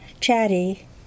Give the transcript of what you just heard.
chatty